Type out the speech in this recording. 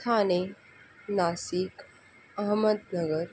Thane Nashik Ahmednagar